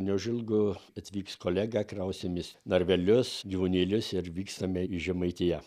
neužilgo atvyks kolega krausimės narvelius gyvūnėlius ir vykstame į žemaitiją